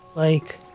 like,